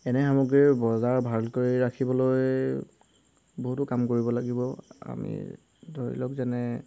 এনে সামগ্ৰীৰ বজাৰ ভাল কৰি ৰাখিবলৈ বহুতো কাম কৰিব লাগিব আমি ধৰি লওক যেনে